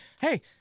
Hey